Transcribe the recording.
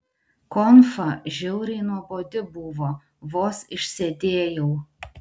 konfa žiauriai nuobodi buvo vos išsėdėjau